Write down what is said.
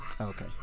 Okay